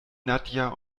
nadja